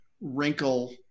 wrinkle